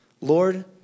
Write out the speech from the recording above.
Lord